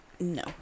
No